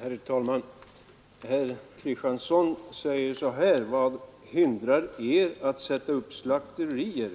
Herr talman! Herr Kristiansson i Harplinge frågar: Vad hindrar er att sätta upp slakterier?